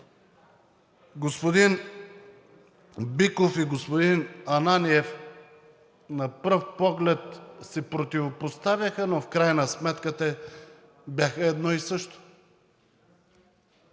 господин Биков и господин Ананиев на пръв поглед се противопоставяха, но в крайна сметка те бяха едно и също.